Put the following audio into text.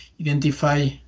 identify